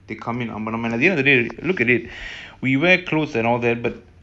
ya it's supposed to be uncomfortable when you were born you were born naked